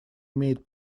имеет